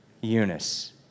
Eunice